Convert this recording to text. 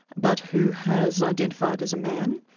but who has identified as a man.